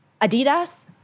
Adidas